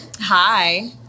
hi